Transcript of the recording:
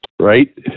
right